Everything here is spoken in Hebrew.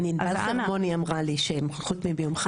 כן ענבל אהרוני אמרה לי שהם חותמים ביום חמישי.